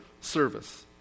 service